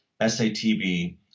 SATB